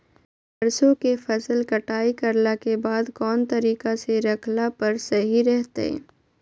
सरसों के फसल कटाई करला के बाद कौन तरीका से रखला पर सही रहतय?